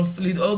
כמו שאת אמרת,